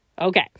Okay